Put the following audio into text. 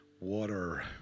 water